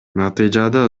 натыйжада